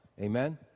Amen